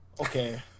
Okay